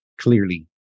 clearly